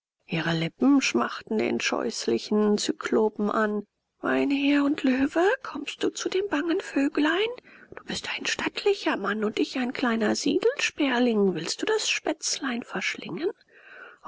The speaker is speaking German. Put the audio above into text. ihre lippen schmachten den scheußlichen zyklopen an mein herr und löwe kommst du zu dem bangen vöglein du bist ein stattlicher mann und ich ein kleiner siedelsperling willst du das spätzlein verschlingen